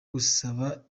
gusaba